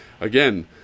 again